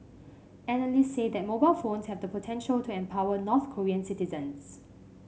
analysts say that mobile phones have the potential to empower North Korean citizens